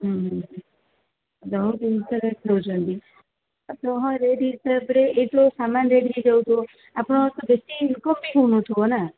ହୁଁ ଯା ହଉ କେମିତିଆ ରେଟ୍ ଦେଉଛନ୍ତି ଆପଣ ହଁ ରେଟ୍ ହିସାବରେ ଏଇଠି ତ ସାମାନ୍ ରେଟ୍ ହୋଇ ଯାଉଥିବ ଆପଣ ତ ବେଶୀ ଇନ୍କମ୍ ବି ହେଉନଥିବ ନା